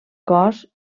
cos